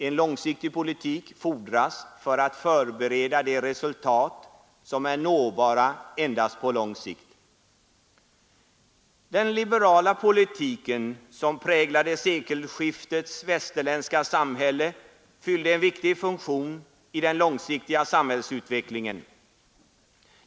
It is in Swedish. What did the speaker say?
En långsiktig politik fordras för att förbereda de resultat som är nåbara endast på lång sikt. Den liberala politiken, som präglade sekelskiftets västerländska samhälle, fyllde en viktig funktion i den långsiktiga samhällsutvecklingen.